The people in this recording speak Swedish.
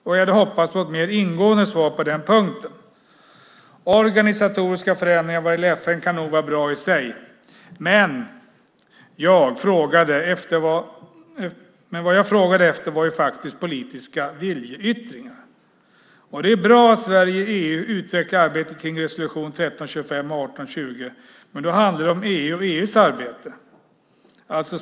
Jag hade hoppats på ett mer ingående svar på den punkten. Organisatoriska förändringar när det gäller FN kan vara bra i sig, men vad jag frågade efter var politiska viljeyttringar. Det är bra att Sverige i EU utvecklar arbetet kring resolutionerna 1325 och 1820, men då handlar det om EU och EU:s arbete.